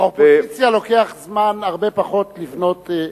באופוזיציה לוקח הרבה פחות זמן לבנות.